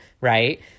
right